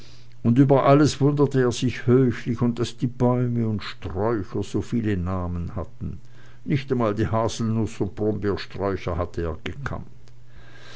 und über alles wunderte er sich höchlich und daß die bäume und sträucher so viele namen hatten nicht einmal die haselnuß und die brombeersträucher hatte er gekannt